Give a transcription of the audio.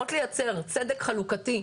ואמורות לייצג צדק חלוקתי,